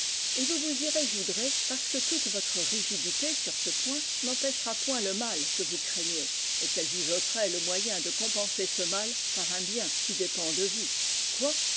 et vous vous y résoudrez parce que toute votre rigidité sur ce point n'empêchera point le mal que vous craignez et qu'elle vous ôterait le moyen de compenser ce mal par un bien qui dépend de vous quoi